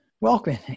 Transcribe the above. welcome